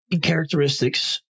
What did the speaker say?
characteristics